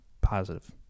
positive